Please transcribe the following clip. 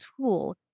tool